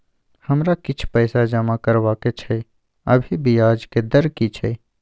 हमरा किछ पैसा जमा करबा के छै, अभी ब्याज के दर की छै?